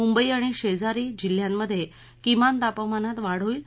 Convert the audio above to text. मुंबई आणि शेजारी जिल्ह्यांमध्ये किमान तापमानात वाढ होईल